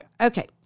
okay